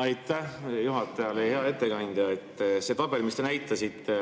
Aitäh juhatajale! Hea ettekandja! Selle tabeli, mis te näitasite,